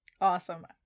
Awesome